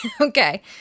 Okay